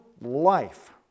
life